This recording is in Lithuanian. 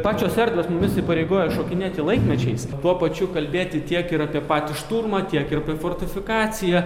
pačios erdvės mumis įpareigoja šokinėti laikmečiais tuo pačiu kalbėti tiek ir apie patį šturmą tiek ir apie fortifikaciją